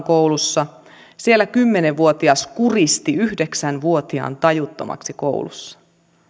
koulussa janakkalassa siellä kymmenen vuotias kuristi yhdeksän vuotiaan tajuttomaksi koulussa